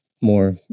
more